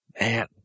Man